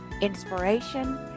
inspiration